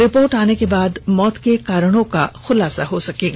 report आने के बाद मौत के कारणों का खुलासा हो पायेगा